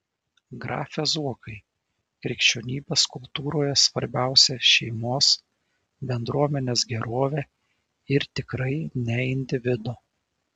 grafe zuokai krikščionybės kultūroje svarbiausia šeimos bendruomenės gerovė ir tikrai ne individo